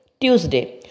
Tuesday